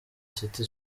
city